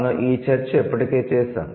మనం ఈ చర్చ ఇప్పటికే చేసాం